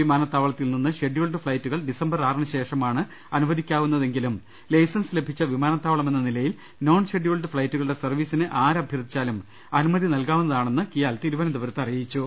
വിമാ നത്താവളത്തിൽ നിന്ന് ഷെഡ്യൂൾഡ് ഫ്ളൈറ്റുകൾ ഡിസംബർ ആറിന് ശേഷമാണ് അനുവദിക്കാവുന്നതെങ്കിലും ലൈസൻസ് ലഭിച്ച വിമാനത്താവളമെന്ന നിലയിൽ നോൺ ഷെഡ്യൂൾഡ് ഫ്ളൈറ്റുക ളുടെ സർവീസിന് ആര് അഭ്യർത്ഥിച്ചാലും അനുമതി നൽകാവുന്ന താണെന്നും കിയാൽ തിരുവനനന്തപുരത്ത് അറിയിച്ചു